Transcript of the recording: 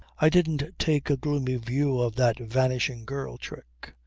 i didn't take a gloomy view of that vanishing girl trick.